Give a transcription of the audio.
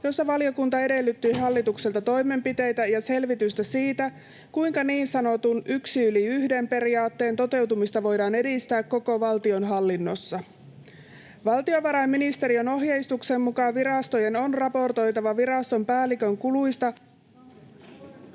jossa valiokunta edellytti hallitukselta toimenpiteitä ja selvitystä siitä, kuinka niin sanotun yksi yli yhden ‑periaatteen toteutumista voidaan edistää koko valtionhallinnossa. Valtiovarainministeriön ohjeistuksen mukaan virastojen on raportoitava viraston päällikön kuluista